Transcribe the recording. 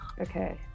Okay